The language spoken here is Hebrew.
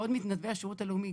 בעוד מתנדבי השירות הלאומי,